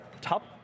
top